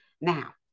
Now